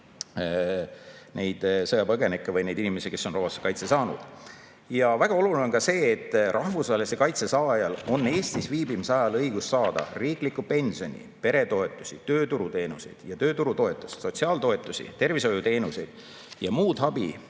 neid sõjapõgenikke või neid inimesi, kes on rahvusvahelise kaitse saanud. Väga oluline on ka see, et rahvusvahelise kaitse saajal on Eestis viibimise ajal õigus saada riiklikku pensioni, peretoetusi, tööturuteenuseid ja tööturutoetust, sotsiaaltoetusi, tervishoiuteenuseid ja muud abi